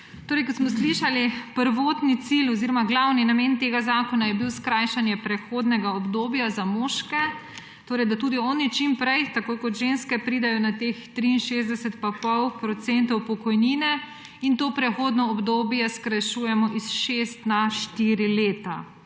Kot smo slišali, je bil prvotni cilj oziroma glavni namen tega zakona skrajšanje prehodnega obdobja za moške, torej da tudi oni čim prej, tako kot ženske, pridejo na teh 63,5 % pokojnine, in to prehodno obdobje skrajšujemo s šest na štiri leta.